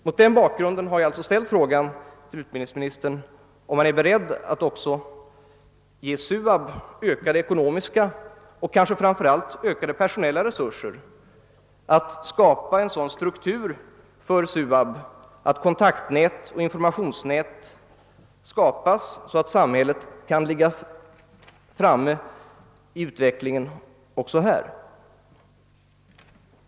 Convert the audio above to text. Mot den bakgrunden har jag alltså ställt frågan till utbildningsministern, om han är beredd att också ge SUAB ökade ekonomiska och kanske framför allt ökade personella resurser att skapa en sådan struktur för SUAB att kontaktoch informationsnätet blir sådant att samhället kan ligga väl framme i utvecklingen också här.